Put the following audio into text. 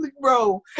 bro